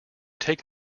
take